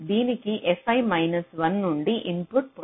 దీనికి fiమైనస్1 నుండి ఇన్పుట్ను పొందుతోంది